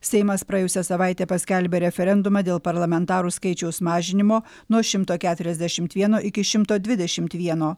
seimas praėjusią savaitę paskelbė referendumą dėl parlamentarų skaičiaus mažinimo nuo šimto keturiasdešimt vieno iki šimto dvidešimt vieno